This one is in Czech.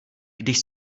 když